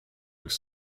with